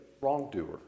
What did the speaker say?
wrongdoer